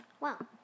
Wow